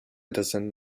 dozen